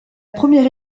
première